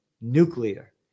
nuclear